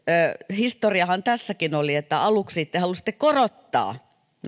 historiahan tässäkin oli että aluksi te te halusitte korottaa